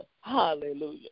Hallelujah